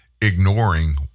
ignoring